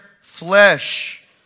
flesh